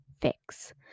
Fix